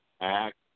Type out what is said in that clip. Act